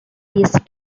his